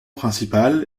principal